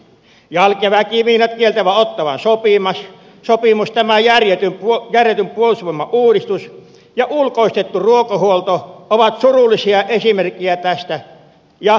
jalkaväkimiinat kieltävä ottawan sopimus tämä järjetön puolustusvoimauudistus ja ulkoistettu ruokahuolto ovat surullisia esimerkkejä tästä